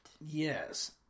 Yes